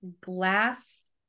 glass